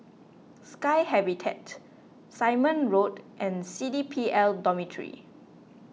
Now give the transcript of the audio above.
Sky Habitat Simon Road and C D P L Dormitory